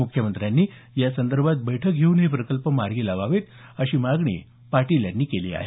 मुख्यमंत्र्यांनी यासंदर्भात बैठक घेऊन हे प्रकल्प मार्गी लावावेत अशी मागणी पाटील यांनी केली आहे